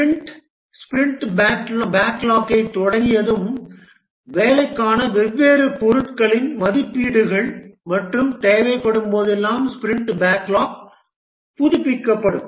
sprint sprint backlog தொடங்கியதும் வேலைக்கான வெவ்வேறு பொருட்களின் மதிப்பீடுகள் மற்றும் தேவைப்படும்போதெல்லாம் ஸ்பிரிண்ட் பேக்லாக் புதுப்பிக்கப்படும்